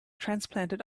transplanted